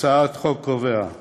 הצעת החוק קובעת